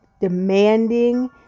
demanding